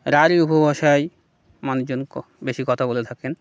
রাঢ়ী উপভাষায় মানুষজন বেশি কথা বলে থাকেন